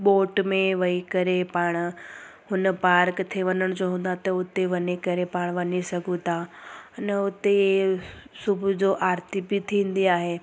boat में वेही करे पाण हुन पार्क थिए वञण जो हूंदो आहे त हुते वञी करे पाण वञी सघूं था अन हुते सुबुह जो आरती बि थींदी आहे